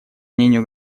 мнению